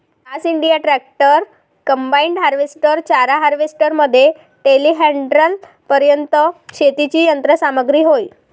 class India tractors, combine harvester, चारा harvester मध्ये टेलीहँडलरपर्यंत शेतीची यंत्र सामग्री होय